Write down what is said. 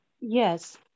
Yes